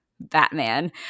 Batman